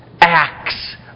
acts